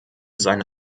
seine